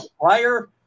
prior